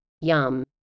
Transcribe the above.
Yum